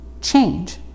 Change